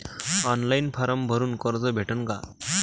Online form भरून कर्ज भेटन का?